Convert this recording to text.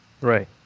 Right